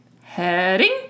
heading